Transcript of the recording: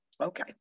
Okay